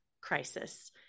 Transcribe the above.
crisis